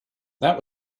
that